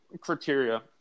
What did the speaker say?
criteria